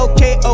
Okay